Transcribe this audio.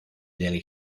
del